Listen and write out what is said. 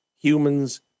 humans